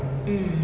mm